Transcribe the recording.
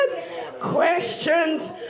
Questions